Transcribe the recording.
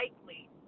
likely